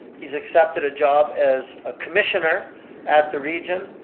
he's accepted a job as a commissioner at the region.